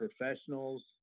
professionals